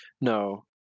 No